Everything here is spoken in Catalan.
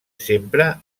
sempre